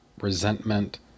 resentment